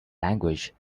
language